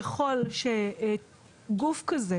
ככל שגוף כזה,